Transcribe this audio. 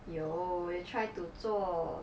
有我有 try to 做